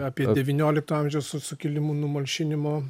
apie devyniolikto amžiaus sukilimų numalšinimą